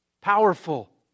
powerful